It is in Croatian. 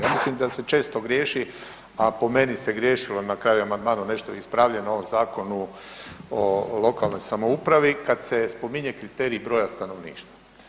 Ja mislim da se često griješi, a po meni se griješilo na kraju amandmanom je nešto ispravljeno u ovom Zakonu o lokalnoj samoupravi kada se spominje kriterij broja stanovništva.